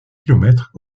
kilomètres